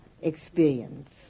experience